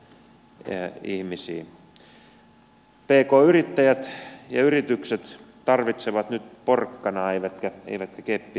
pk yrittäjät ja yritykset tarvitsevat nyt porkkanaa eivätkä keppiä